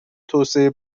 توسعه